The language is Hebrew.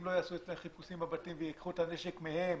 אם לא יעשו חיפושים בבתים וייקחו את הנשק מהם.